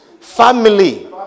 Family